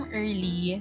early